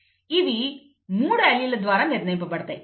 ఇవి మూడు అల్లీల్ ద్వారా నిర్ణయింపబడతాయి